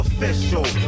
Official